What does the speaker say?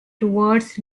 towards